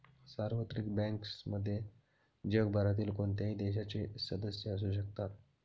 सार्वत्रिक बँक्समध्ये जगभरातील कोणत्याही देशाचे सदस्य असू शकतात